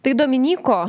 tai dominyko